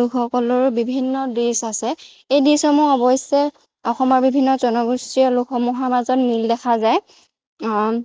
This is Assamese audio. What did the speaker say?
লোকসকলৰো বিভিন্ন ডিচ আছে এই ডিচসমূহ অৱশ্যে অসমৰ বিভিন্ন জনগোষ্ঠীয় লোকসকলৰ মাজত মিল দেখা যায়